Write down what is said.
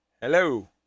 Hello